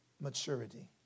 maturity